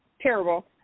Terrible